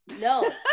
No